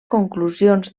conclusions